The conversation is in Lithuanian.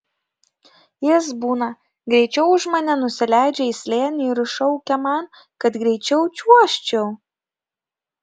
jis būna greičiau už mane nusileidžia į slėnį ir šaukia man kad greičiau čiuožčiau